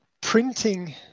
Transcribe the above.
printing